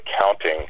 counting